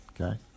Okay